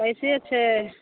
कैसे छै